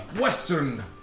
western